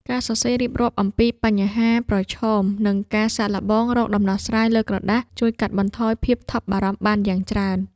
ការសរសេររៀបរាប់អំពីបញ្ហាប្រឈម និងការសាកល្បងរកដំណោះស្រាយលើក្រដាស ជួយកាត់បន្ថយភាពថប់បារម្ភបានយ៉ាងច្រើន។